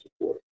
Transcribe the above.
support